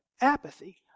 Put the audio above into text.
apathy